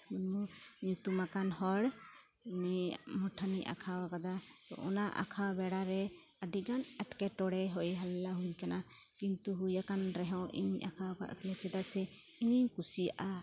ᱢᱩᱨᱢᱩ ᱧᱩᱛᱩᱢᱟᱠᱟᱱ ᱦᱚᱲ ᱩᱱᱤᱭᱟᱜ ᱢᱩᱴᱷᱟᱹᱱᱤᱧ ᱟᱸᱠᱷᱟᱣ ᱠᱟᱫᱟ ᱛᱚ ᱚᱱᱟ ᱟᱸᱠᱷᱟᱣ ᱵᱮᱲᱟ ᱨᱮ ᱟᱹᱰᱤᱜᱟᱱ ᱮᱴᱠᱮᱴᱚᱬᱮ ᱦᱳᱭ ᱦᱟᱞᱞᱟ ᱦᱩᱭ ᱟᱠᱟᱱᱟ ᱠᱤᱱᱛᱩ ᱦᱩᱭᱟᱠᱟᱱ ᱨᱮᱦᱚᱸ ᱤᱧ ᱟᱸᱠᱷᱟᱣ ᱟᱠᱟᱫ ᱜᱮᱭᱟ ᱪᱮᱫᱟᱜ ᱥᱮ ᱤᱧᱤᱧ ᱠᱩᱥᱤᱭᱟᱜᱼᱟ